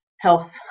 health